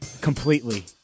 completely